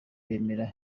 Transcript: bemera